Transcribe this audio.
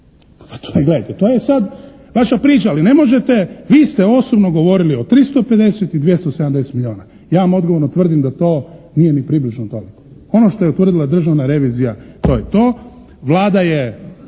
Pa to je gledajte, to je sad vaša priča, ali ne možete, vi ste osobno govorili o 350 i 270 milijuna. Ja vam odgovorno tvrdim da to nije ni približno toliko. Ono što je utvrdila Državna revizija to je to, Vlada je